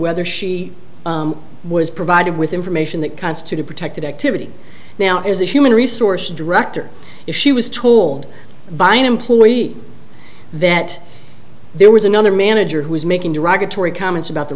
whether she was provided with information that constituted protected activity now as a human resource director if she was told by an employee that there was another manager who was making derogatory comments about the